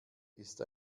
ist